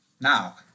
Now